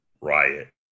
riot